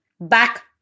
Back